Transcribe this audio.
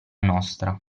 nostra